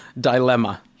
dilemma